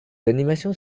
animations